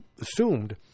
assumed